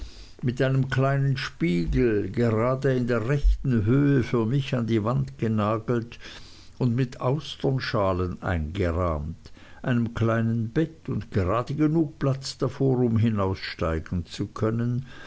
mit einem kleinen spiegel gerade in der rechten höhe für mich an die wand genagelt und mit austernschalen eingerahmt einem kleinen bett und gerade genug platz davor um hinaussteigen zu können